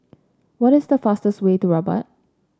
what is the fastest way to Rabat